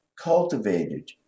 cultivated